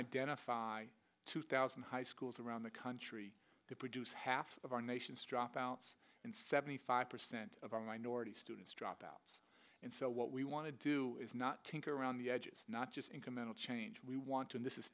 identify two thousand high schools around the country to produce half of our nation's dropouts and seventy five percent of our minority students drop out and so what we want to do is not tinker around the edges not just incremental change we want to this is